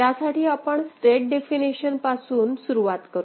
त्या साठी आपण स्टेट डेफिनेशन पासून सुरुवात करू